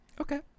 Okay